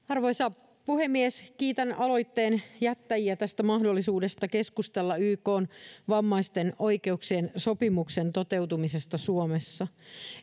arvoisa puhemies kiitän aloitteen jättäjiä tästä mahdollisuudesta keskustella ykn vammaisten oikeuksien sopimuksen toteutumisesta suomessa